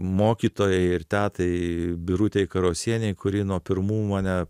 mokytojai ir tetai birutei karosienei kuri nuo pirmų mane